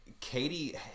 Katie